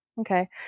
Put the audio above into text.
okay